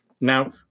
Now